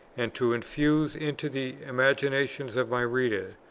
and to infuse into the imaginations of my readers,